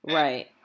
right